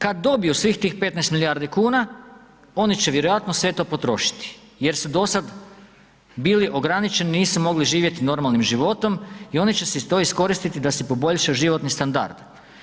Kada dobiju svih tih 15 milijardi kuna oni će vjerojatno sve to potrošiti jer su do sada bili ograničeni, nisu mogli živjeti normalnim životom i oni će si to iskoristiti da si poboljšaju životni standard.